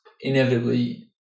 inevitably